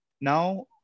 Now